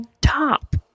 top